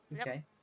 Okay